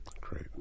Great